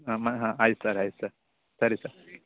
ಹಾಂ ಮಾ ಆಯ್ತು ಸರ್ ಆಯ್ತು ಸರ್ ಸರಿ ಸರ್